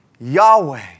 Yahweh